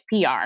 PR